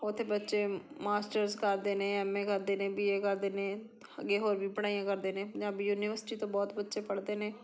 ਉੱਥੇ ਬੱਚੇ ਮਾਸਟਰਜ਼ ਕਰਦੇ ਨੇ ਐੱਮ ਏ ਕਰਦੇ ਨੇ ਬੀ ਏ ਕਰਦੇ ਨੇ ਅੱਗੇ ਹੋਰ ਵੀ ਪੜ੍ਹਾਈਆਂ ਕਰਦੇ ਨੇ ਪੰਜਾਬੀ ਯੂਨੀਵਰਸਟੀ ਤੋਂ ਬਹੁਤ ਬੱਚੇ ਪੜ੍ਹਦੇ ਨੇ